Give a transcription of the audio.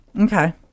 Okay